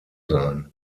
sein